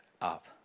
up